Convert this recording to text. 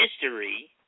history